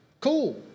Cool